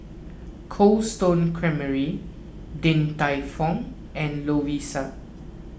Cold Stone Creamery Din Tai Fung and Lovisa